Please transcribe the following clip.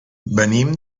venim